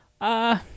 uh-